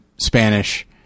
Spanish